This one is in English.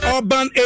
Urban